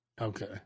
Okay